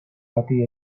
bati